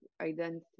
identity